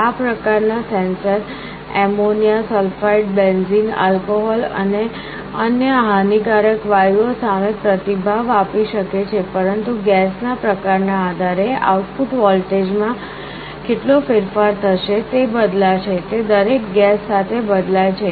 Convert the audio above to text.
આ પ્રકાર ના sensor ammonia sulphide benzene alcohol અને અન્ય હાનિકારક વાયુઓ સામે પ્રતિભાવ આપી શકે છે પરંતુ ગેસના પ્રકાર ના આધારે આઉટપુટ વોલ્ટેજ માં કેટલો ફેરફાર થશે તે બદલાશે તે દરેક ગેસ સાથે બદલાય છે